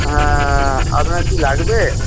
হ্যাঁ আপনার কি লাগবে